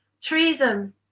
treason